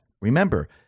remember